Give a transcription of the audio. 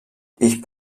ich